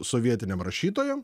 sovietiniam rašytojam